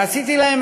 ועשיתי להם,